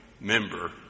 member